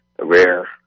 rare